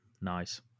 Nice